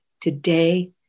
today